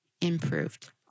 improved